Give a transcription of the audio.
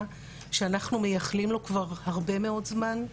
שאנחנו מייחלים לו כבר הרבה מאד זמן.